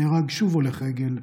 נהרג שוב הולך רגל,